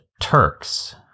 Turks